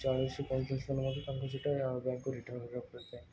ଚାଳିଶ ପାଇଁତିରିଶି ଦିନ ମଧ୍ୟରେ ତାଙ୍କୁ ସେଇଟା ବ୍ୟାଙ୍କ୍କୁ ରିଟର୍ଣ୍ଣ କରିବାକୁ ପଡ଼ିଥାଏ